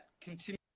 continue